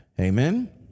Amen